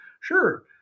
Sure